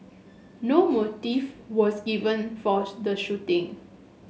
no motive was given for the shooting